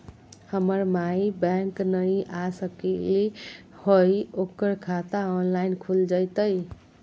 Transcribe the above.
हमर माई बैंक नई आ सकली हई, ओकर खाता ऑनलाइन खुल जयतई?